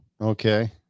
Okay